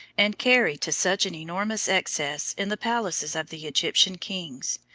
and carried to such an enormous excess in the palaces of the egyptian kings,